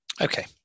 Okay